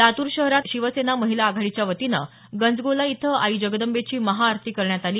लातूर शहरात शिवसेना महिला आघाडीच्या वतीनं गंजगोलाई इथं आई जगदंबेची महाआरती करण्यात आली